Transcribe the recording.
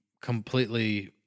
completely